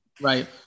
right